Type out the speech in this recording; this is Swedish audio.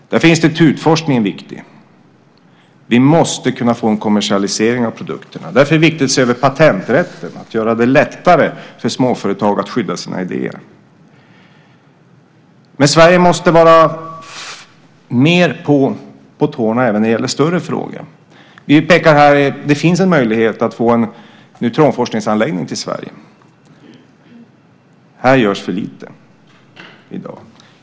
Därför är institutforskningen viktig. Vi måste kunna få en kommersialisering av produkterna. Därför är det viktigt att se över patenträtten, att göra det lättare för småföretag att skydda sina idéer. Men Sverige måste vara mer på tårna även när det gäller större frågor. Vi pekar här på att det finns en möjlighet att få en neutronforskningsanläggning till Sverige. Här görs för lite i dag.